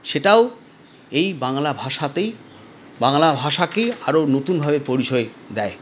সেটাও এই বাংলা ভাষাতেই বাংলা ভাষাকেই আরও নতুনভাবে পরিচয় দেয়